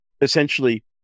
essentially